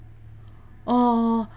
oh